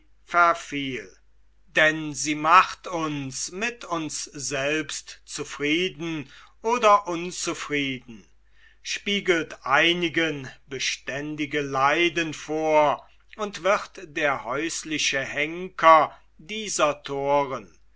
verfiel denn sie macht uns mit uns selbst zufrieden oder unzufrieden spiegelt einigen beständige leiden vor und wird der häusliche henker dieser thoren